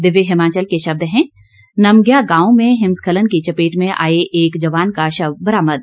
दिव्य हिमाचल के शब्द हैं नमज्ञा गांव में हिम स्खलन की चपेट में आए एक जवान का शव बरामद